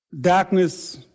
darkness